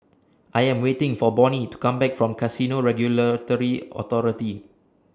I Am waiting For Bonny to Come Back from Casino Regulatory Authority